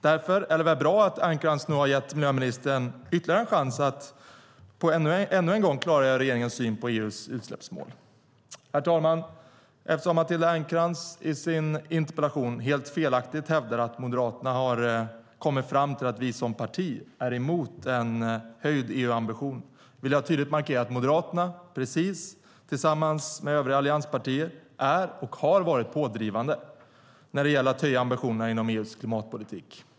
Därför är det väl bra att Ernkrans nu har gett miljöministern ytterligare en chans att ännu en gång klargöra regeringens syn på EU:s utsläppsmål. Herr talman! Eftersom Matilda Ernkrans i sin interpellation helt felaktigt hävdar att Moderaterna som parti har kommit fram till att vi är emot en höjd EU-ambition vill jag tydligt markera att Moderaterna tillsammans med övriga allianspartier är och har varit pådrivande när det gäller att höja ambitionerna inom EU:s klimatpolitik.